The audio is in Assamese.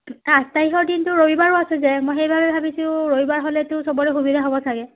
আঠ তাৰিখৰ দিনটো ৰবিবাৰো আছে যে মই সেইবাবে ভাবিছোঁ ৰবিবাৰ হ'লেতো চবৰে সুবিধা হ'ব চাগে